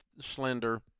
slender